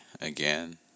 again